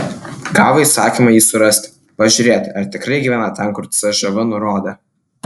gavo įsakymą jį surasti pažiūrėti ar tikrai gyvena ten kur cžv nurodė